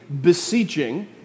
beseeching